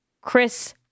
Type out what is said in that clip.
Chris